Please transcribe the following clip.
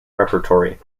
repertory